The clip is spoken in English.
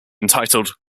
entitled